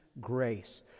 grace